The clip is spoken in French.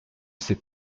s’est